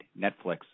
Netflix